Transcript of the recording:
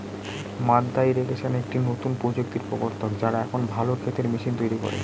মাদ্দা ইরিগেশন একটি নতুন প্রযুক্তির প্রবর্তক, যারা এখন ভালো ক্ষেতের মেশিন তৈরী করে